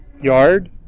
yard